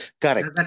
correct